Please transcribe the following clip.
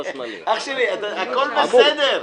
אח שלי, הכול בסדר.